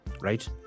right